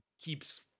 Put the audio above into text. keeps